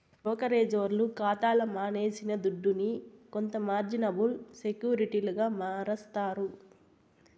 బ్రోకరేజోల్లు కాతాల మనమేసిన దుడ్డుని కొంత మార్జినబుల్ సెక్యూరిటీలుగా మారస్తారు